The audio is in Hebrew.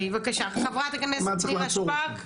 חברת הכנסת נירה שפק.